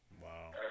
Wow